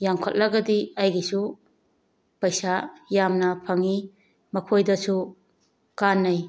ꯌꯥꯝꯈꯠꯂꯒꯗꯤ ꯑꯩꯒꯤꯁꯨ ꯄꯩꯁꯥ ꯌꯥꯝꯅ ꯐꯪꯉꯤ ꯃꯈꯣꯏꯗꯁꯨ ꯀꯥꯟꯅꯩ